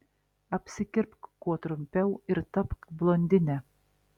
apsikirpk kuo trumpiau ir tapk blondine